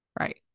right